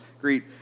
Greet